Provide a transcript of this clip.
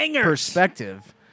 perspective